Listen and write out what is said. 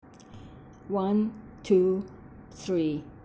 one two three